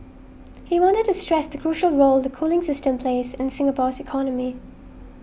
he wanted to stress the crucial role the cooling system plays in Singapore's economy